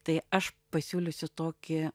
tai aš pasiūlysiu tokį